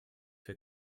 her